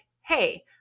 hey